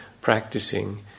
practicing